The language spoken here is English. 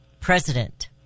President